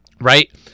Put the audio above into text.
Right